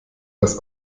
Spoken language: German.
das